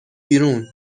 بیرون